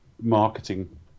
marketing